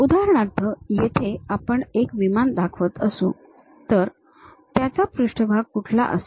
उदाहरणार्थ येथे आपण एक विमान दाखवत असू तर त्याचा पृष्ठभाग कुठला असावा